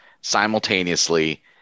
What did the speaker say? simultaneously